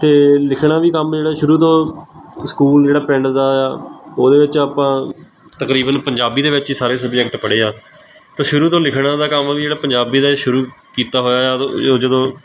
ਅਤੇ ਲਿਖਣਾ ਵੀ ਕੰਮ ਜਿਹੜਾ ਸ਼ੁਰੂ ਤੋਂ ਸਕੂਲ ਜਿਹੜਾ ਪਿੰਡ ਦਾ ਆ ਉਹਦੇ ਵਿੱਚ ਆਪਾਂ ਤਕਰੀਬਨ ਪੰਜਾਬੀ ਦੇ ਵਿੱਚ ਸਾਰੇ ਸਬਜੈਕਟ ਪੜ੍ਹੇ ਆ ਤੋਂ ਸ਼ੁਰੂ ਤੋਂ ਲਿਖਣ ਦਾ ਕੰਮ ਵੀ ਜਿਹੜਾ ਪੰਜਾਬੀ ਦਾ ਸ਼ੁਰੂ ਕੀਤਾ ਹੋਇਆ ਉਦੋਂ ਜ ਜਦੋਂ